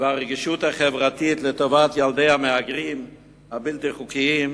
והרגישות החברתית לטובת ילדי המהגרים הבלתי-חוקיים,